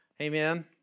amen